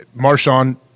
Marshawn